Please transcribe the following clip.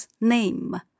name